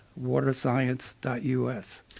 waterscience.us